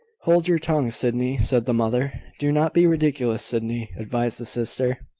hold your tongue, sydney! said the mother. do not be ridiculous, sydney, advised the sister.